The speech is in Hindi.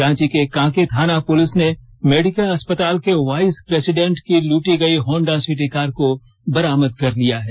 रांची के कांके थाना पुलिस ने मेडिका अस्पताल के वाइस प्रेसिडेंट की लूटी गयी होंडा सिटी कार को बरामद कर लिया है